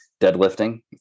deadlifting